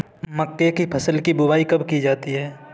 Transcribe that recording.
मक्के की फसल की बुआई कब की जाती है?